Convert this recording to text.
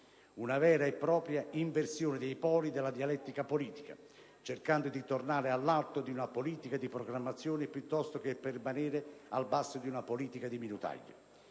una vera e propria inversione dei poli della dialettica politica, cercando di tornare all'alto di una politica di programmazione, piuttosto che permanere al basso di una politica di minutaglie.